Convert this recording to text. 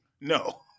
No